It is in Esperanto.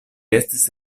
estis